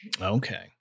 Okay